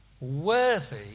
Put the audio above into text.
worthy